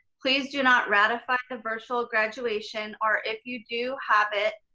please do not ratify the virtual graduation or if you do have it,